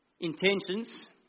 intentions